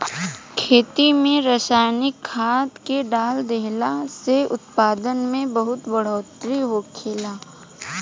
खेत में रसायनिक खाद्य के डाल देहला से उत्पादन में बहुत बढ़ोतरी होखेला